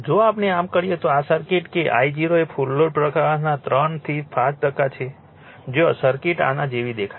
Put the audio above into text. જો આપણે આમ કરીએ તો આ સર્કિટ કે I0 એ ફુલ લોડ પ્રવાહના 3 થી 5 ટકા છે જ્યાં સર્કિટ આના જેવી દેખાય છે